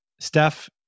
Steph